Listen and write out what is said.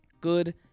Good